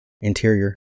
Interior